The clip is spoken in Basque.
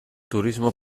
turismo